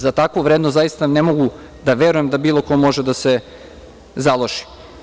Za takvu vrednost zaista ne mogu da verujem da bilo ko može da se založi.